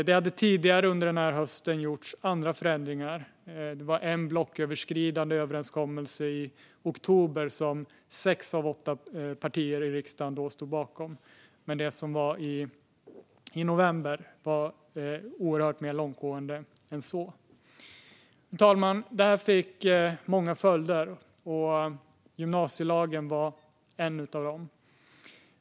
Det hade tidigare under denna höst gjorts andra förändringar. Det var en blocköverskridande överenskommelse i oktober som sex av åtta partier i riksdagen stod bakom. Men det som skedde i november var oerhört mycket mer långtgående än så. Fru talman! Detta fick många följder, och gymnasielagen var en av dem.